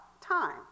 time